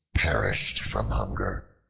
perished from hunger,